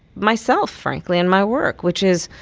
myself, frankly, and my work, which is